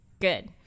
Good